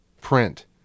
print